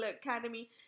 academy